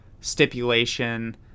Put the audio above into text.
stipulation